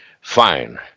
fine